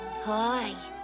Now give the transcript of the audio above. Hi